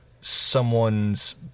someone's